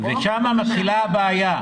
ושם מתחילה הבעיה.